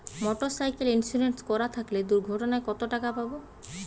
Motorcycle insurance করা থাকলে দুঃঘটনায় কতটাকা পাব?